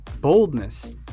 boldness